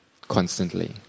Constantly